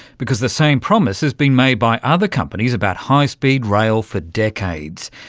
because the same promise has been made by other companies about high-speed rail for decades.